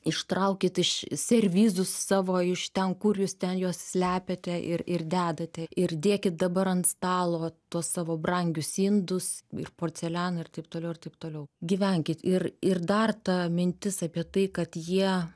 ištraukit iš servizus savo iš ten kur jūs ten juos slepiate ir ir dedate ir dėkit dabar ant stalo tuos savo brangius indus ir porcelianą ir taip toliau ir taip toliau gyvenkit ir ir dar ta mintis apie tai kad jie